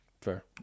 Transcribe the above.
Fair